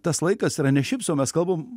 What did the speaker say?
tas laikas yra ne šiaip sau mes kalbam